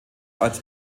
als